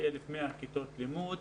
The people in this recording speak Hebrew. כ-1,100 כיתות לימוד.